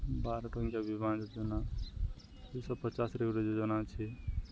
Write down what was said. ବାର ଠୁ ହିଁ ବିମା ଯୋଜନା ଦୁଇଶହ ପଚାଶରେ ଗୋଟ ଯୋଜନା ଅଛି